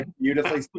beautifully